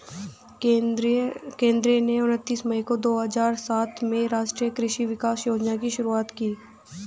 केंद्र ने उनतीस मई दो हजार सात में राष्ट्रीय कृषि विकास योजना की शुरूआत की